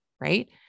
Right